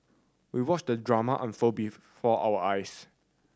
we watched the drama unfold before our eyes